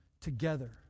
together